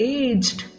aged